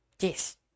yes